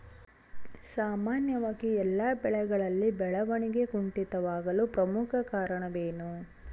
ಸಾಮಾನ್ಯವಾಗಿ ಎಲ್ಲ ಬೆಳೆಗಳಲ್ಲಿ ಬೆಳವಣಿಗೆ ಕುಂಠಿತವಾಗಲು ಪ್ರಮುಖ ಕಾರಣವೇನು?